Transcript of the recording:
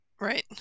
Right